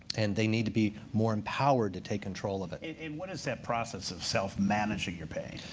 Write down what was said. and they need to be more empowered to take control of it. and what is that process of self-managing your pain?